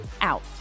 out